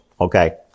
Okay